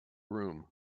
room